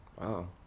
Wow